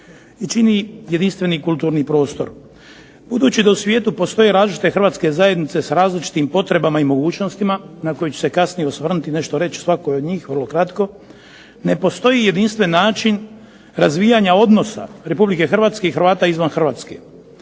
i čini jedinstveni kulturni prostor. Budući da u svijetu postoje različite Hrvatske zajednice sa različitim potrebama i mogućnostima na koji ću se kasnije osvrnuti i nešto reći o svakoj od njih, vrlo kratko, ne postoji jedinstven način razvijanja odnosa Republike Hrvatske i Hrvata izvan Republike